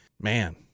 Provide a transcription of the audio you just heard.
man